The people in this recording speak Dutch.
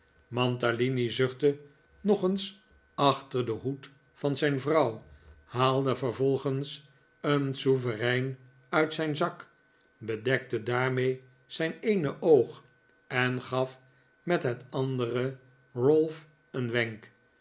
mantalini zuchtte nog eens achter den hoed van zijn vrouw haalde vervolgens een sovereign uit zijn zak bedekte daarmee zijn eene oog en gaf met het andere ralph een wenk